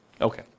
Okay